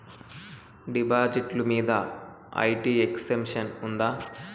డిపాజిట్లు మీద IT exemption ఉందా?